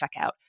checkout